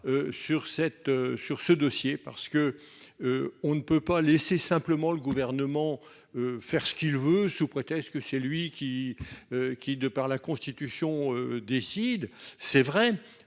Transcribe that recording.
sur ce sujet. En effet, on ne peut pas laisser le Gouvernement faire ce qu'il veut, au prétexte que c'est lui qui, de par la Constitution, décide. C'est vrai